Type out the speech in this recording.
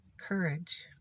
courage